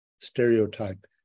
stereotype